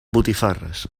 botifarres